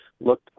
look